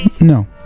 No